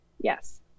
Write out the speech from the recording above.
Yes